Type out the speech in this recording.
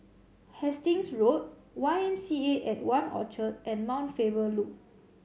Hastings Road Y M C A at One Orchard and Mount Faber Loop